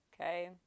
okay